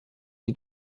die